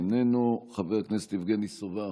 איננו, חבר הכנסת יבגני סובה,